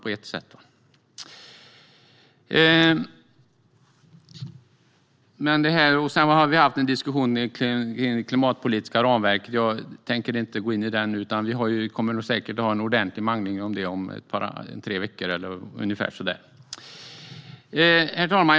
Vi har haft en diskussion om det klimatpolitiska ramverket, som jag dock inte tänker gå in på nu. Vi kommer säkert att ha en ordentlig mangling om detta om ungefär tre veckor. Herr talman!